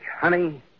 honey